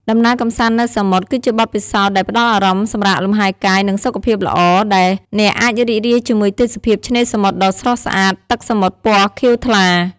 ដំណើរកំសាន្តនៅសមុទ្រ គឺជាបទពិសោធន៍ដែលផ្តល់អារម្មណ៍សម្រាកលំហែកាយ និងសុខភាពល្អ ដោយអ្នកអាចរីករាយជាមួយទេសភាពឆ្នេរសមុទ្រដ៏ស្រស់ ស្អាត ទឹកសមុទ្រពណ៌ខៀវថ្លា។